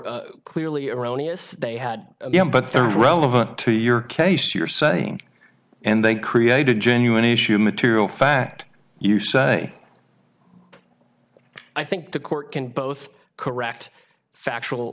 clearly erroneous they had them but they're relevant to your case you're saying and they created genuine issue material fact you say i think the court can both correct factual